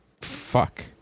Fuck